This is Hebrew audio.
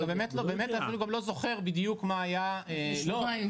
אני באמת אפילו גם לא זוכר בדיוק מה היה --- זה לפני שבועיים.